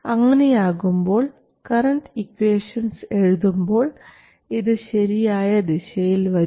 അങ്ങനെയാകുമ്പോൾ current equations എഴുതുമ്പോൾ ഇത് ശരിയായ ദിശയിൽ വരും